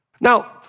Now